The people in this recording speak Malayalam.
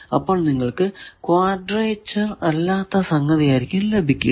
അപ്പോൾ നിങ്ങൾക്കു ക്വഡ്രെചർ അല്ലാത്ത സംഗതി ആയിരിക്കും ലഭിക്കുക